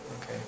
Okay